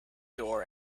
door